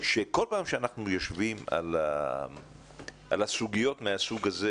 שכל פעם שאנחנו יושבים על הסוגיות מהסוג הזה